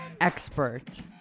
expert